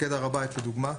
מפקד הר הבית לדוגמה,